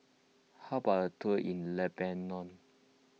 how about a tour in Lebanon